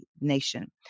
nation